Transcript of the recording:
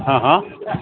હાં હ હ